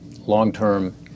long-term